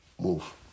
Move